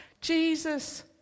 Jesus